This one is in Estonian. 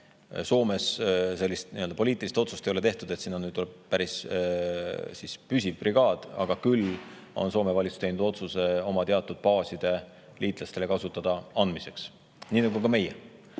Soomes sellist poliitilist otsust ei ole tehtud, et sinna tuleb päris püsivalt brigaad, küll on Soome valitsus teinud otsuse anda oma teatud baasid liitlastele kasutada, nii nagu ka meie.